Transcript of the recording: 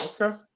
Okay